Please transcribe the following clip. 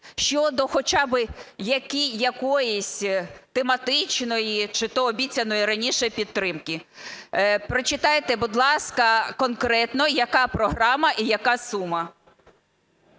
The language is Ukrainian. щодо хоча би якоїсь тематичної чи то обіцяної раніше підтримки. Прочитайте, будь ласка, конкретно, яка програма і яка сума.